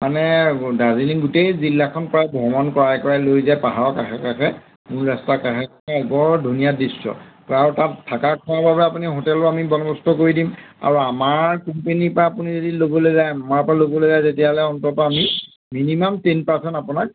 মানে দাৰ্জিলিং গোটেই জিলাখন প্ৰায় ভ্ৰমণ কৰাই কৰাই লৈ যায় পাহাৰৰ কাষে কাষে মূল ৰাস্তা কাষে কাষে বৰ ধুনীয়া দৃশ্য আৰু তাত থাকা খোৱাৰ বাবে আপুনি হোটেলো আমি বন্দবস্ত কৰি দিম আৰু আমাৰ কোম্পানীৰ পা আপুনি যদি ল'বলৈ যায় আমাৰ পৰা ল'বলৈ যায় তেতিয়াহ'লে অন্তত আমি মিনিমাম টেন পাৰ্চেণ্ট আপোনাক